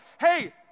hey